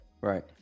Right